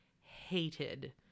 hated